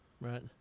right